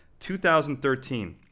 2013